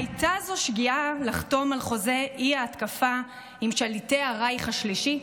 ההייתה זו שגיאה לחתום על חוזה האי-התקפה עם שליטי הרייך השלישי?